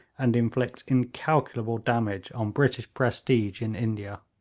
and inflict incalculable damage on british prestige in india.